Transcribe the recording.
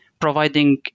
providing